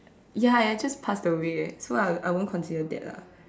ya ya it just passed away eh so I I won't consider that lah